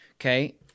Okay